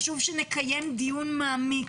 חשוב שנקיים דיון מעמיק.